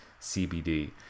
CBD